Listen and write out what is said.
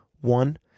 One